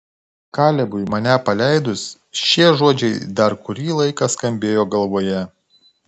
kalebui mane paleidus šie žodžiai dar kurį laiką skambėjo galvoje